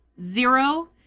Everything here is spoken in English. Zero